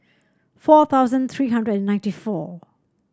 four thousand three hundred and ninety four